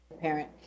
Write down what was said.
parent